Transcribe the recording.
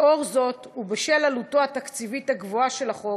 לאור זאת, ובשל עלותו התקציבית הגבוהה של החוק,